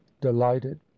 delighted